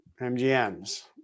MGMs